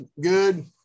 good